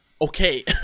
okay